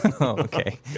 Okay